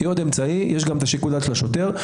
יש גם שיקול דעת של השוטר,